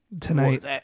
tonight